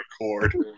record